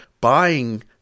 buying